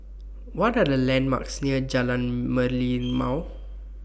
What Are The landmarks near Jalan Merlimau